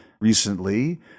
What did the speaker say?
recently